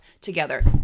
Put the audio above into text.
together